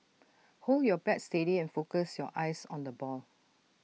hold your bat steady and focus your eyes on the ball